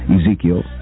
Ezekiel